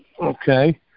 okay